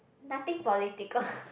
nothing political